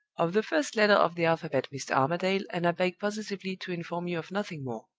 of the first letter of the alphabet, mr. armadale, and i beg positively to inform you of nothing more!